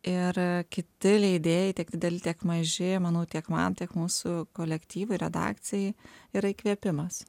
ir kiti leidėjai tiek dideli tiek maži manau tiek man tiek mūsų kolektyvui redakcijai yra įkvėpimas